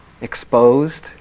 Exposed